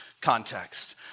context